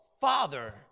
father